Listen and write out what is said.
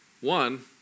One